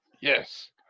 Yes